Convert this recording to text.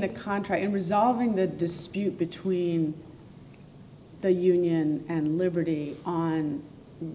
the contract and resolving the dispute between the union and liberty on